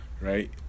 right